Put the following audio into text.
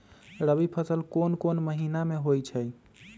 रबी फसल कोंन कोंन महिना में होइ छइ?